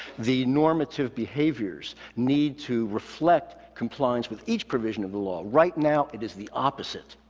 the normative behaviors need to reflect compliance with each provision of the law. right now it is the opposite.